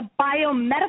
biomedical